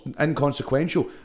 inconsequential